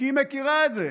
כי היא מכירה את זה